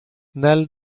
nel